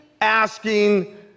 asking